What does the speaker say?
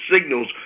signals